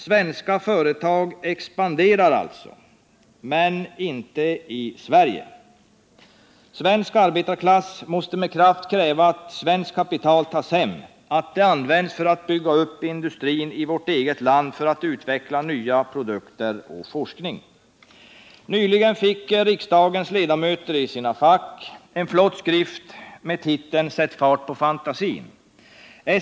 Svenska företag expanderar alltså, men inte i Sverige. Svensk arbetarklass måste med kraft kräva att svenskt kapital tas hem, att det används för att bygga upp industrin i vårt eget land och för att utveckla nya produkter och forskning. Nyligen fick riksdagens ledamöter i sina fack en flott skrift med titeln Sätt fart på fantasin.